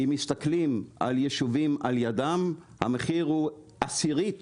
אם מסתכלים על יישובים על ידם המחיר הוא עשירית